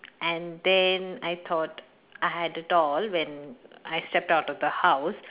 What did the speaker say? and then I thought I had it all when I stepped out of the house